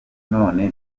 none